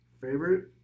Favorite